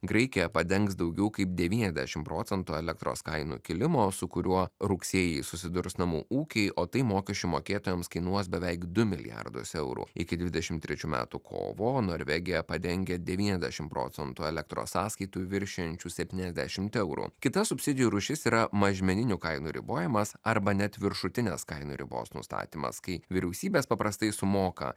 graikija padengs daugiau kaip devyniasdešim procentų elektros kainų kilimo su kuriuo rugsėjį susidurs namų ūkiai o tai mokesčių mokėtojams kainuos beveik du milijardus eurų iki dvidešim trečių metų kovo norvegija padengė devyniasdešim procentų elektros sąskaitų viršijančių septyniasdešimt eurų kita subsidijų rūšis yra mažmeninių kainų ribojamas arba net viršutinės kainų ribos nustatymas kai vyriausybės paprastai sumoka